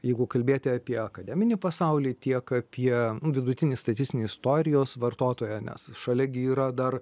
jeigu kalbėti apie akademinį pasaulį tiek apie nu vidutinį statistinį istorijos vartotoją nes šalia gi yra dar